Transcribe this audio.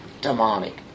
demonic